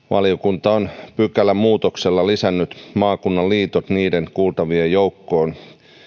valiokunta on pykälämuutoksella lisännyt maakunnan liitot niiden kuultavien joukkoon